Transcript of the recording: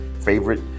favorite